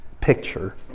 picture